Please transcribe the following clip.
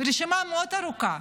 והרשימה מאוד ארוכה.